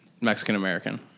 Mexican-American